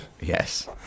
Yes